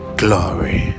glory